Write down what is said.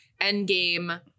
Endgame